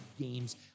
games